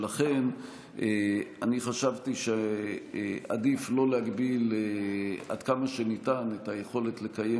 שלכן אני חשבתי שעדיף לא להגביל עד כמה שניתן את היכולת לקיים